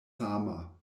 sama